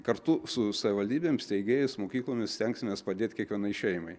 kartu su savivaldybėm steigėjais mokyklomis stengsimės padėti kiekvienai šeimai